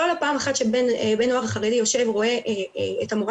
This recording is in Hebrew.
לא על פעם אחת שבן נוער חרדי רואה את המורה